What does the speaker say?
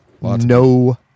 No